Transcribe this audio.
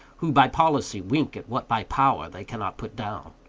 who by policy wink at what by power they cannot put down?